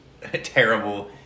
terrible